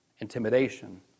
Intimidation